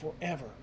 forever